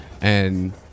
and-